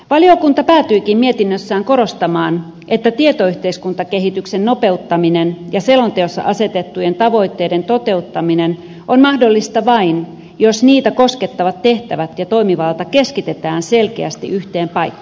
valiokunta päätyikin mietinnössään korostamaan että tietoyhteiskuntakehityksen nopeuttaminen ja selonteossa asetettujen tavoitteiden toteuttaminen on mahdollista vain jos niitä koskettavat tehtävät ja toimivalta keskitetään selkeästi yhteen paikkaan